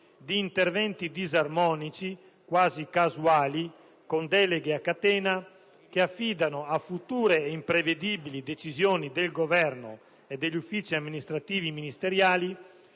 di interventi disarmonici, quasi casuali, con deleghe a catena che affidano a future ed imprevedibili decisioni del Governo e degli uffici amministrativi ministeriali